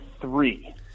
three